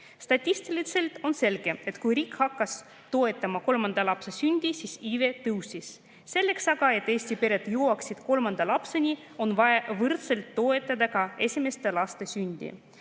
Statistiliselt on selge, et kui riik hakkas toetama kolmanda lapse sündi, siis iive tõusis, selleks aga, et Eesti pered jõuaksid kolmanda lapseni, on vaja võrdselt toetada ka esimeste laste sündi.